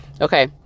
Okay